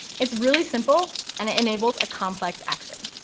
it's really simple, and it enables a complex action.